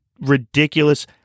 ridiculous